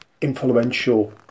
influential